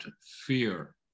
fear